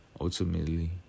Ultimately